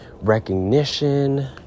recognition